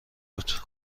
بود